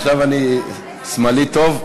עכשיו אני שמאלי טוב?